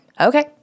okay